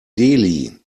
delhi